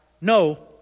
no